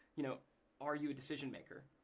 you know are you a decision maker?